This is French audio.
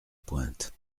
pointe